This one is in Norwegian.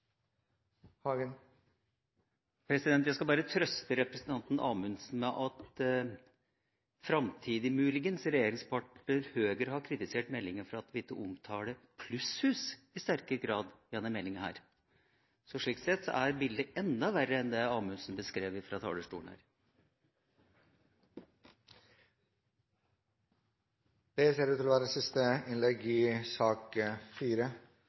gjennomtenkt. Jeg skal bare trøste representanten Amundsen med at Fremskrittspartiets eventuelt framtidige regjeringspartner Høyre har kritisert meldinga for at den ikke omtaler plusshus i sterkere grad. Slik sett er bildet enda verre enn det Amundsen beskrev fra talerstolen. Flere har ikke bedt om ordet til sak